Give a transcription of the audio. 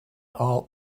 all